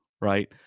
right